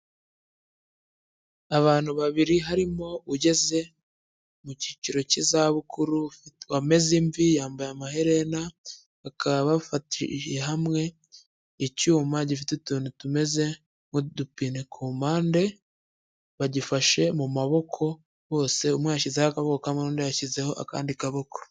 Abantu babiri harimo ugeze mu cyiciro cy'izabukuru wameze imvi, yambaye amaherena, bakaba bafati hamwe icyuma gifite utuntu tumeze nk'udupine ku mpande, bagifashe mu maboko bose, umwe yashyizeho akaboko kamwe n'undi yashyizeho akandi kaboko.